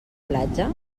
platja